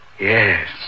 Yes